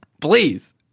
Please